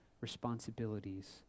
responsibilities